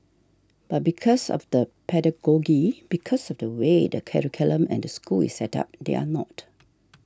but because of the pedagogy because of the way the curriculum and the school is set up they are not